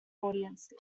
audience